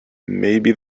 maybe